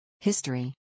History